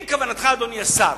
אם בכוונתך, אדוני השר,